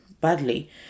badly